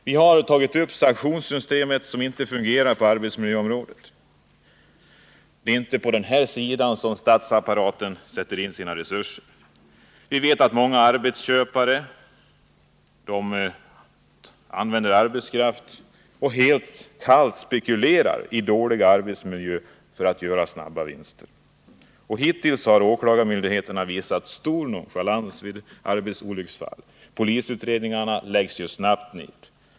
Vi har också tagit upp sanktionssystemet, som inte fungerar på arbetsmiljöområdet. Det är inte på denna sida som statsapparaten sätter in sina resurser. Vi vet att många arbetsköpare använder arbetskraft och helt kallt spekulerar i dålig arbetsmiljö för att göra snabba vinster. Hittills har åklagarmyndigheterna visat stor nonchalans vid arbetsolycksfall. Polisutredningarna läggs snabbt ned.